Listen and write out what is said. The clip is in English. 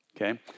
Okay